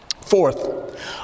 Fourth